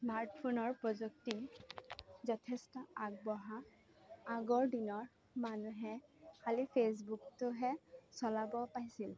smart ফোনৰ প্ৰযুক্তি যথেষ্ট আগবঢ়া আগৰ দিনৰ মানুহে খালী ফেচবুকটোহে চলাব পাইছিল